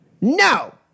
No